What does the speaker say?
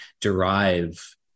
derive